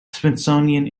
smithsonian